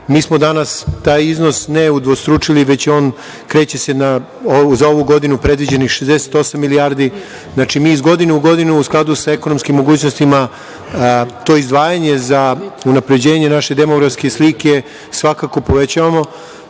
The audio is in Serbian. Mi smo danas taj iznos ne udvostručili, već se on kreće za ovu godinu na predviđenih 68 milijardi. Znači, mi iz godinu u godinu, u skladu sa ekonomskih mogućnosti, to izdvajanje za unapređenje naše demografske slike svakako povećavamo. To